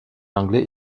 anglais